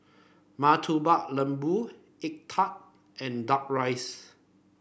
Murtabak Lembu egg tart and duck rice